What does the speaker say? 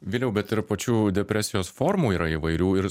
viliau bet ir pačių depresijos formų yra įvairių ir